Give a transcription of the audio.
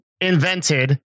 invented